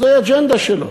זו האג'נדה שלו.